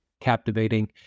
captivating